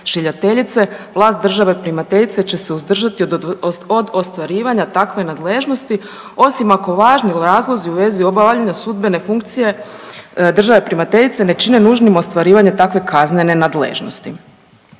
šiljateljice, vlast države primateljice će se uzdržati od ostvarivanja takve nadležnosti, osim ako važni razlozi u vezi obavljanja sudbene funkcije države primateljice ne čine nužnim ostvarivanje takve kaznene nadležnosti.